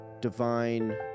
divine